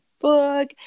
book